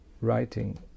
writing